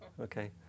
Okay